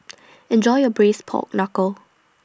Enjoy your Braised Pork Knuckle